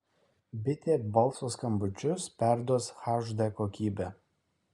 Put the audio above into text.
bitė balso skambučius perduos hd kokybe